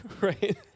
right